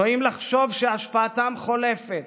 טועים לחשוב שהשפעתן חולפת